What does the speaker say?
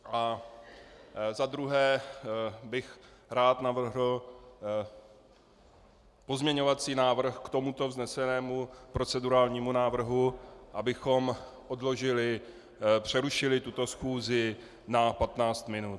A za druhé bych rád navrhl pozměňovací návrh k tomuto vznesenému procedurálnímu návrhu, abychom přerušili tuto schůzi na 15 minut.